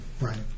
right